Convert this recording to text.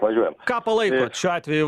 važiuojam ką palaikot šiuo atveju